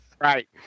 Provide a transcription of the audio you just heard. right